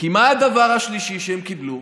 כי מה הדבר השלישי שהם קיבלו?